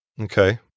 Okay